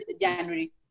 January